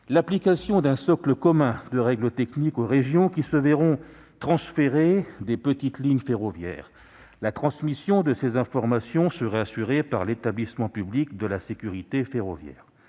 l'application d'un socle commun de règles techniques aux régions qui se verront transférer des petites lignes ferroviaires. La transmission de ces informations serait assurée par l'Établissement public de sécurité ferroviaire.